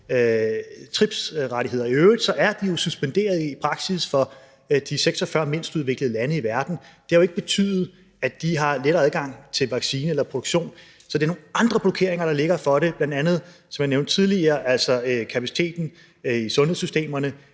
patentrettigheder. I øvrigt er de jo suspenderet i praksis for de 46 mindst udviklede lande i verden. Det har jo ikke betydet, at de har lettere adgang til vacciner eller produktion. Det er nogle andre blokeringer, der er for det, og det er bl.a., som jeg nævnte tidligere, kapaciteten i sundhedssystemerne,